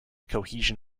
cohesion